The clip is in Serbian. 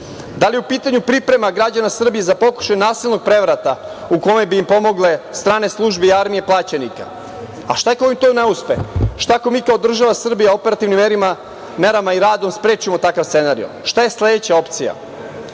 Da li je u pitanju priprema građana Srbije za pokušaj nasilnog prevrata u kome bi im pomogle strane službe i armije plaćenika? Šta ako im to ne uspe? Šta ako mi kao država Srbija operativnim merama i radom sprečimo takav scenariju? Šta je sledeća opcija?